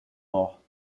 morts